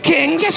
Kings